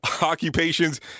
occupations